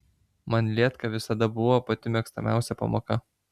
man lietka visada buvo pati mėgstamiausia pamoka